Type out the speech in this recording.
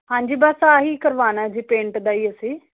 ਹਾਂਜੀ ਬਸ ਆਹੀ ਕਰਵਾਨਾ ਜੀ ਪੇਂਟ ਦਾ ਈ ਅਸੀਂ